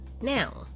Now